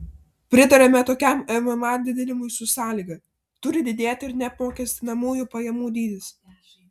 pritariame tokiam mma didinimui su sąlyga turi didėti ir neapmokestinamųjų pajamų dydis